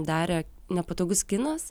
darė nepatogus kinas